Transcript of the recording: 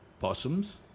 Possums